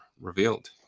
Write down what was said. revealed